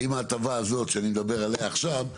האם ההטבה הזאת שאני מדבר עליה עכשיו,